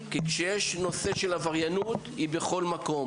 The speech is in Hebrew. כי כשיש נושא של עבריינות היא בכל מקום.